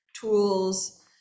tools